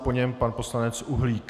Po něm pan poslanec Uhlík.